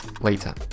later